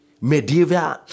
medieval